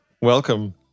Welcome